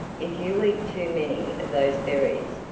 if you eat too many of those berries,